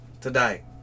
Today